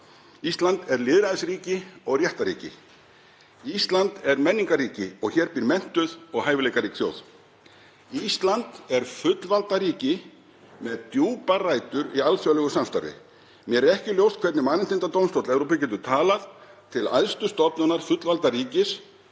Ísland er lýðræðisríki og réttarríki. Ísland er menningarríki og hér býr menntuð og hæfileikarík þjóð. Ísland er fullvalda ríki með djúpar rætur í alþjóðlegu samstarfi. Mér er ekki ljóst hvernig Mannréttindadómstóll Evrópu getur talað til æðstu stofnunar fullvalda ríkis